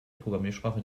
programmiersprache